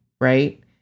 right